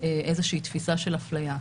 איזושהי תפיסה של אפליה.